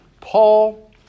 Paul